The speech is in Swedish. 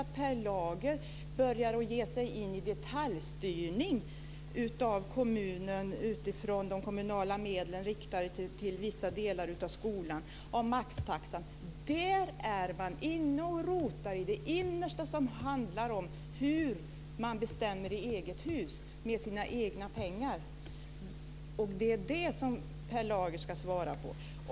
Men Per Lager börjar ge sig in i detaljstyrning av kommunen utifrån de kommunala medlen riktade till vissa delar av skolan och utifrån maxtaxan. Där är man inne och rotar i det innersta som handlar om hur man bestämmer i sitt eget hus med sina egna pengar. Det är det Per Lager ska svara på.